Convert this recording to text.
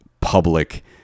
public